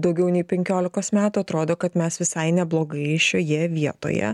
daugiau nei penkiolikos metų atrodo kad mes visai neblogai šioje vietoje